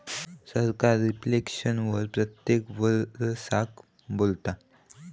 सरकार रिफ्लेक्शन वर प्रत्येक वरसाक बोलता